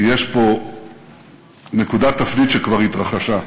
כי יש פה נקודת תפנית, שכבר התרחשה.